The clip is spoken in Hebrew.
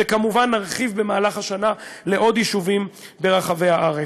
וכמובן נרחיב במהלך השנה לעוד יישובים ברחבי הארץ.